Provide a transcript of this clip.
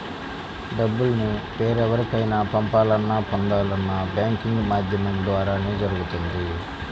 డబ్బుల్ని వేరెవరికైనా పంపాలన్నా, పొందాలన్నా బ్యాంకింగ్ మాధ్యమం ద్వారానే జరుగుతుంది